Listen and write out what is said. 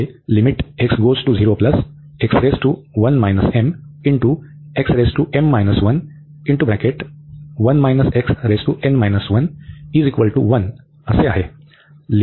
हे या बरोबर आहे